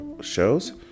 shows